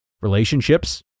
Relationships